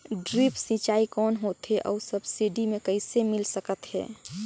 Drip सिंचाई कौन होथे अउ सब्सिडी मे कइसे मिल सकत हे?